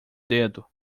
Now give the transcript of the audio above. dedo